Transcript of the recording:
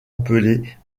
appelées